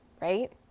right